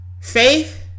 Faith